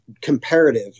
comparative